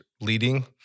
leading –